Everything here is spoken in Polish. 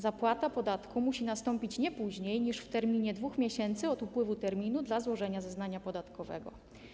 Zapłata podatku musi nastąpić nie później niż w terminie 2 miesięcy od upływu terminu dla złożenia zeznania podatkowego.